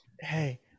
hey